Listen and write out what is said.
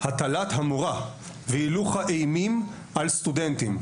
הטלת המורא והילוך האימים על סטודנטים,